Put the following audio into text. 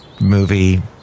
movie